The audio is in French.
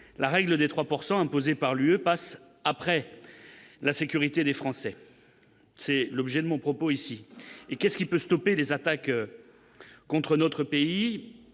pourcent imposés imposés par l'UE passe après la sécurité des Français, c'est l'objet de mon propos ici et qu'est-ce qui peut stopper les attaques contre notre pays,